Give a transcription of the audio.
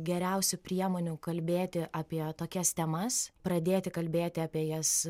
geriausių priemonių kalbėti apie tokias temas pradėti kalbėti apie jas